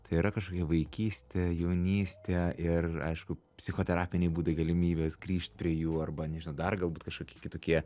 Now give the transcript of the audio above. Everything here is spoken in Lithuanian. tai yra kažkokia vaikystė jaunystė ir aišku psichoterapiniai būdai galimybės grįžt prie jų arba nežinau dar galbūt kažkokie kitokie